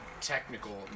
technical